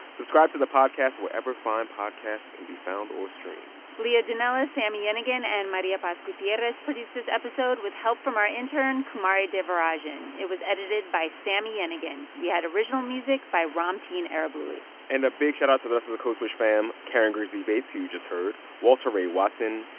subscribe to the podcast wherever fine podcasts can be found or streamed leah donnella, sami yenigun and maria paz gutierrez produced this episode help from our intern, kumari devarajan. it was edited by sami yenigun. we had original music by ramtin arablouei and a big shoutout to the rest of the code switch fam karen grigsby bates, who you just heard, walter ray watson,